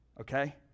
Okay